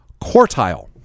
quartile